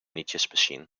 nietjesmachine